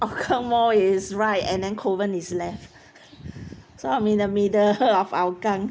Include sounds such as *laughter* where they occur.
hougang mall is right and then kovan is left *laughs* so I'm in the middle of hougang